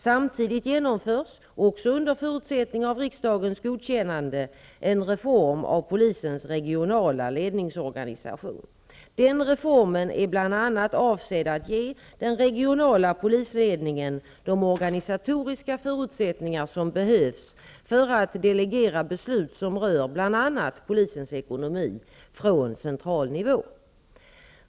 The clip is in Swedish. Samtidigt genomförs, också under förutsättning av riksdagens godkännande, en reform av polisens regionala ledningsorganisation. Den reformen är bl.a. avsedd att ge den regionala polisledningen de organisatoriska förutsättningar som behövs för att delegera beslut som rör bl.a. polisens ekonomi från central nivå.